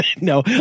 no